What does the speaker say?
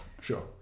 Sure